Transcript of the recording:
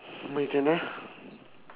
my turn ah